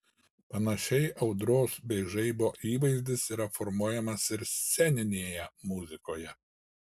panašiai audros bei žaibo įvaizdis yra formuojamas ir sceninėje muzikoje